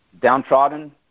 downtrodden